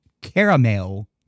caramel